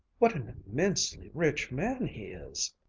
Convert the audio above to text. what an immensely rich man he is!